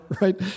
right